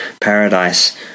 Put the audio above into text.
paradise